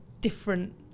different